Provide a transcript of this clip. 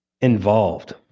involved